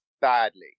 badly